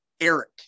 Eric